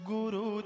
Guru